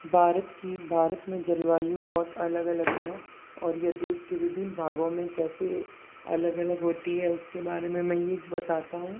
भारत की भारत में जलवायु बहुत अलग अलग हैं और ये देश के विभिन्न भागों में कैसे अलग अलग होती है उसके बारें में ये बताता हूँ